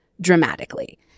dramatically